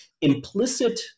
implicit